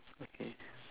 okay